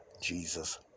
Jesus